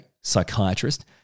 psychiatrist